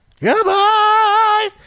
goodbye